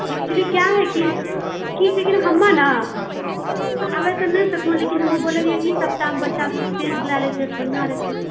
actually क्या है कि की छै कि ने हमर ने आबे तऽ नहि सकबो लेकिन हम बोलय रहिए कि ई सप्ताहमे टेस्ट लए लेतियै रहय तऽ अच्छा रहतियै